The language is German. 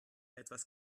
etwas